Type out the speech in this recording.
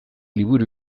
liburu